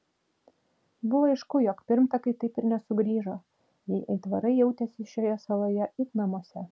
buvo aišku jog pirmtakai taip ir nesugrįžo jei aitvarai jautėsi šioje saloje it namuose